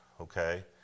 okay